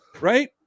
right